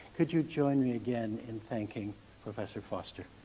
could you join me again in thanking professor foster?